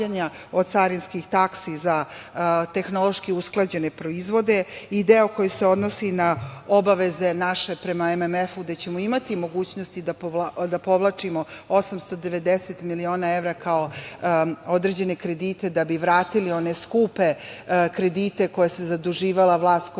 od carinskih taksi za tehnološki usklađene proizvode i deo koji se odnosi na obaveze naše prema MMF-u, gde ćemo imati mogućnosti da povlačimo 890 miliona evra kao određene kredite da bi vratili one skupe kredite kojima se zaduživala vlast koja